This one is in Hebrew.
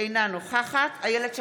אינה נוכחת איילת שקד,